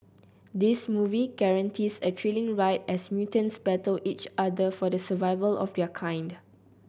this movie guarantees a thrilling ride as mutants battle each other for the survival of their kind